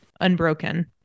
unbroken